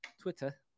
Twitter